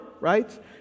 right